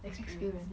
experience